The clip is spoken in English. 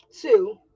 Two